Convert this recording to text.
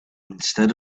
instead